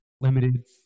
limited